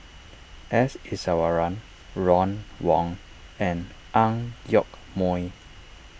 S Iswaran Ron Wong and Ang Yoke Mooi